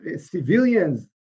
civilians